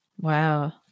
Wow